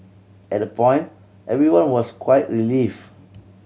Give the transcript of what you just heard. at that point everyone was quite relieved